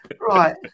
right